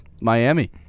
Miami